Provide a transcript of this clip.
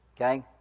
Okay